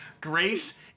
Grace